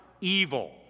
evil